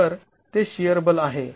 तर ते शिअर बल आहे